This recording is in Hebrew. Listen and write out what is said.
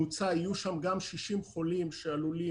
הוא מסוכן בריאותית יותר ממה שיאפשרו כניסה של תיירים,